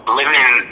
living